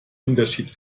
unterschied